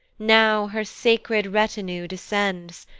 now her sacred retinue descends,